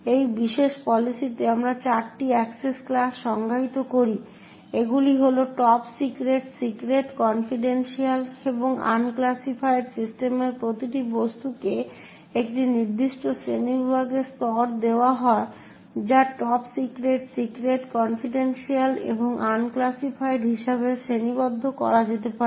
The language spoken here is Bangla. এই বিশেষ পলিসিতে আমরা চারটি এক্সেস ক্লাস সংজ্ঞায়িত করি এগুলো হল টপ সিক্রেট সিক্রেট কনফিডেনশিয়াল এবং আনক্লাসিফাইড সিস্টেমের প্রতিটি বস্তুকে একটি নির্দিষ্ট শ্রেণীবিভাগের স্তর দেওয়া হয় যা টপ সিক্রেট সিক্রেট কনফিডেনশিয়াল এবং আনক্লাসিফাইড হিসাবে শ্রেণীবদ্ধ করা যেতে পারে